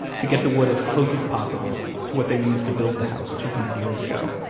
to get the wood as close as possible to what they used to build the house two hundred years ago